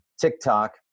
TikTok